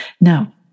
Now